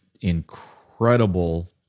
incredible